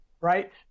Right